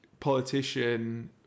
politician